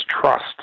trust